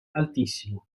altissimo